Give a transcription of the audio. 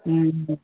ହୁଁ